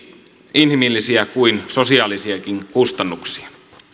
inhimillisiä kuin sosiaalisiakin kustannuksia